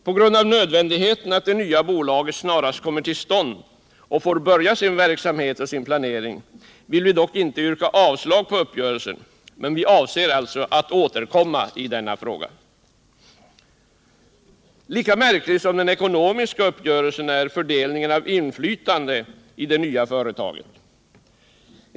På grund av nödvändigheten av att det nya bolaget snarast kommer till stånd och får börja sin verksamhet och sin planering vill vi dock inte nu yrka avslag på uppgörelsen, men vi avser alltså att återkomma i denna fråga. Lika märklig som den ekonomiska uppgörelsen är fördelningen av inflytande i det nya företaget.